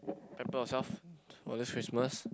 pamper yourself for this Christmas